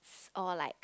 or like